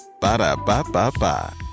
Ba-da-ba-ba-ba